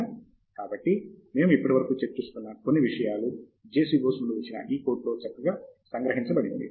professor Pratap Haridas కాబట్టి మేము ఇప్పటివరకు చర్చిస్తున్న కొన్ని విషయాలు JC బోస్ నుండి వచ్చిన ఈ కోట్లో చక్కగా సంగ్రహించబడింది